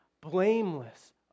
blameless